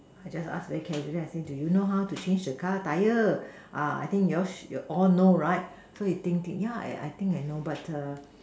I just pay by cash do you know how should you change the car the Tyre ah I think your all you know right for you thinking yeah I think I know but